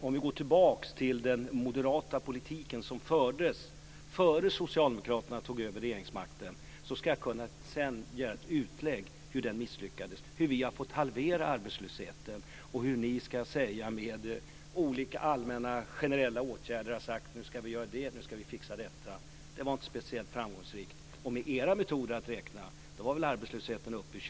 Om vi går tillbaks till den moderata politiken, som fördes innan Socialdemokraterna tog över regeringsmakten, kan jag göra en utläggning om hur den misslyckades, hur vi har fått halvera arbetslösheten och hur ni med olika generella åtgärder trodde att ni skulle fixa detta. Det var inte speciellt framgångsrikt. Med er metod att räkna var väl arbetslösheten uppe i